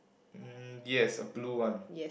mm yes a blue one